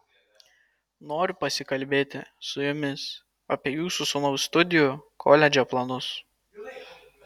noriu pasikalbėti su jumis apie jūsų sūnaus studijų koledže planus